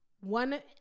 One